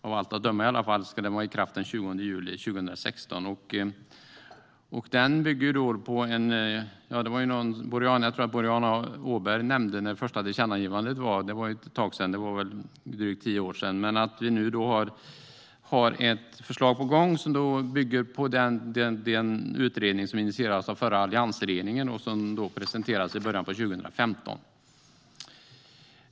Av allt att döma ska det träda i kraft den 20 juli 2016. Boriana Åberg nämnde när det första tillkännagivandet kom, och det var ett tag sedan - drygt tio år. Nu har vi ett förslag på gång som bygger på den utredning som initierades av den förra alliansregeringen och presenterades i början av 2015.